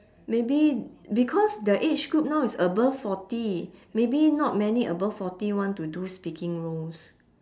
maybe because their age group now is above forty maybe not many above forty want to do speaking roles